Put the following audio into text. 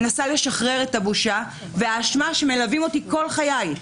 מנסה לשחרר את הבושה והאשמה שמלוות אותי כל חיי.